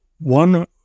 one